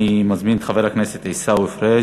אני מזמין את חבר הכנסת עיסאווי פריג'.